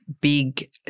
big